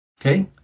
okay